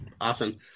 Awesome